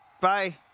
Bye